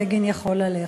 הבגין יכול ללכת.